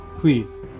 Please